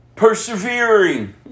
persevering